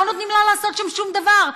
לא נותנים לה לעשות שם שום דבר,